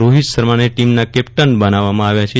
રોહિત શર્માને ટીમના કેપ્ટન બનાવવામાં આવ્યાછે